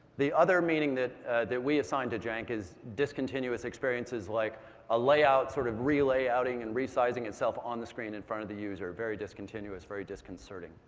the other meaning that that we assigned to jank is discontinuous experiences like ah layout sort of relayouting and resizing itself on the screen, in front of the user, very discontinuous, very disconcerting.